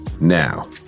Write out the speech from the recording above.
Now